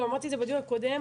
גם אמרתי את זה בדיון הקודם,